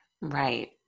Right